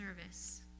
service